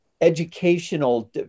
educational